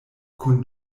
kun